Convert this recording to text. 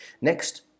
Next